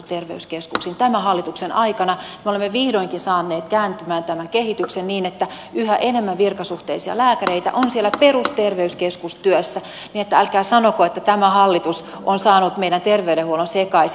tämän hallituksen aikana me olemme vihdoinkin saaneet kääntymään tämän kehityksen niin että yhä enemmän virkasuhteisia lääkäreitä on siellä perusterveyskeskustyössä niin että älkää sanoko että tämä hallitus on saanut meidän terveydenhuollon sekaisin